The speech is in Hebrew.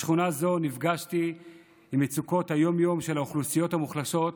בשכונה זו נפגשתי עם מצוקות היום-יום של האוכלוסיות המוחלשות,